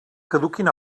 caduquin